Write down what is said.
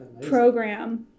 program